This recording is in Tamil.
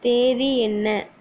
தேதி என்ன